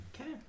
Okay